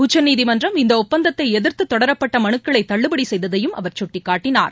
உச்சநீதிமன்றம் இந்த ஒப்பந்தத்தை எதிர்த்து தொடரப்பட்ட மனுக்களை தள்ளுபடி செய்ததையும் அவர் சுட்டிக்காட்டினார்